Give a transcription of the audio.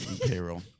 Payroll